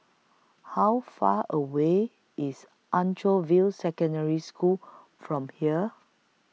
How Far away IS Anchorvale Secondary School from here